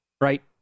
Right